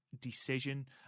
decision